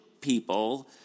people